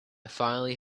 finally